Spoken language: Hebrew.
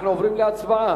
אנחנו עוברים להצבעה.